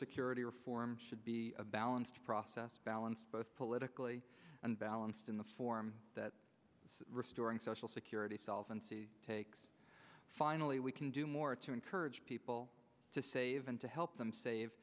security reform should be a balanced process balanced both politically and balanced in the form that restoring social security solvency takes finally we can do more to encourage people to save and to help them save